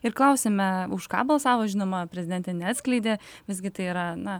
ir klausiame už ką balsavo žinoma prezidentė neatskleidė visgi tai yra na